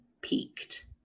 peaked